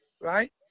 right